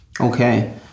Okay